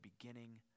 beginning